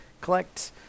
collect